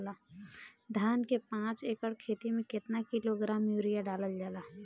धान के पाँच एकड़ खेती में केतना किलोग्राम यूरिया डालल जाला?